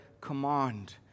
command